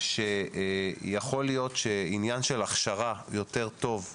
שיכול להיות שעניין של הכשרה יותר טובה